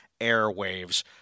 Airwaves